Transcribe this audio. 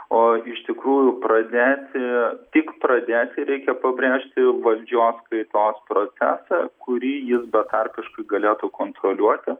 o iš tikrųjų pradėti tik pradėti reikia pabrėžti valdžios kaitos procesą kurį jis betarpiškai galėtų kontroliuoti